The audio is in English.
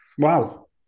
Wow